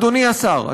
אדוני השר,